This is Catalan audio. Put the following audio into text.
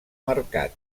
mercat